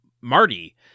Marty